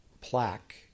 plaque